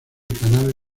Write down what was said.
canal